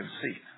Conceit